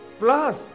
plus